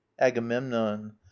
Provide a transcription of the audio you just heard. agamemnon